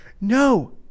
no